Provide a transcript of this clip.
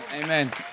amen